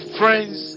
friends